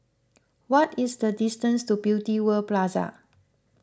what is the distance to Beauty World Plaza